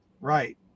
right